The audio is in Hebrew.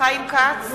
חיים כץ,